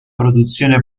produzione